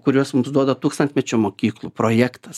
kuriuos mums duoda tūkstantmečio mokyklų projektas